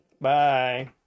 Bye